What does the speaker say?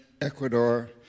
Ecuador